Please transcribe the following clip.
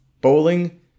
bowling